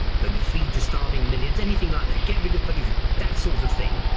going to feed the starving millions, anything like that, get rid of pollution, that sort of thing,